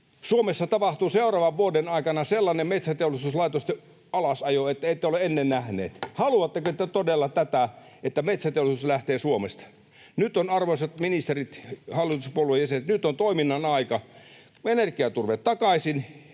Suomessa tapahtuu seuraavan vuoden aikana sellainen metsäteollisuuslaitosten alasajo, että ette ole ennen nähneet. Haluatteko te todella tätä, että metsäteollisuus lähtee Suomesta? Arvoisat ministerit, hallituspuolueiden jäsenet, nyt on toiminnan aika: energiaturve takaisin,